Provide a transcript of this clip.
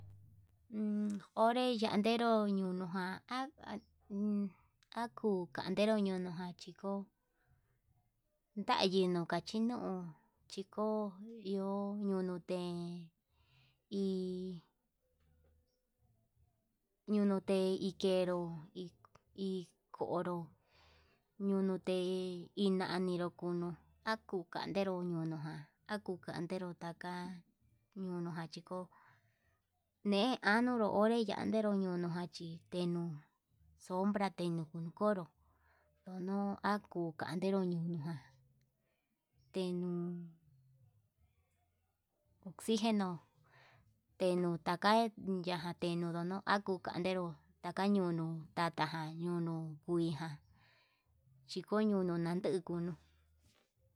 onre yanderu yunuján ha kuu kandero ñono, ján chiko yandero kachi nuu chiko iho yunuu te'e hi ñunute ikenró hi hi konró, nonrote inaninu kono nakun kandero ñono ján akun kanduu kata nunujan chiko'o ñe'e anuru onré yandero ñonojan chi sombra tenuu kukonró tenuu akuu, kandero ñunuka tenuu oxijeno tenuu taka yaja tenuu yono akukanduu, taka ñunuu tataján ñunuu uhijan chiko ñunu ndanduu kunuu.